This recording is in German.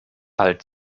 halt